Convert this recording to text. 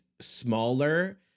smaller